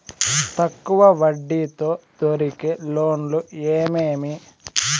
తక్కువ వడ్డీ తో దొరికే లోన్లు ఏమేమీ?